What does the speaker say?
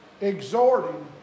exhorting